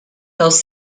dels